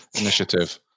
initiative